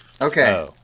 Okay